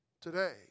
today